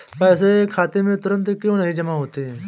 पैसे खाते में तुरंत क्यो नहीं जमा होते हैं?